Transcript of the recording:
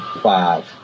five